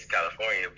California